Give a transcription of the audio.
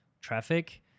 traffic